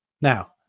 Now